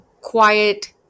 quiet